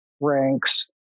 ranks